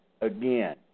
again